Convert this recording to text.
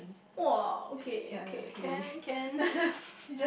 !wah! okay okay can can